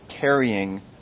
carrying